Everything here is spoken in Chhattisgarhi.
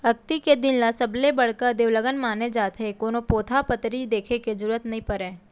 अक्ती के दिन ल सबले बड़का देवलगन माने जाथे, कोनो पोथा पतरी देखे के जरूरत नइ परय